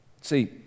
See